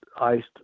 iced